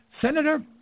senator